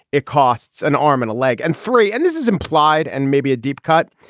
it costs an arm and a leg and three and this is implied and maybe a deep cut.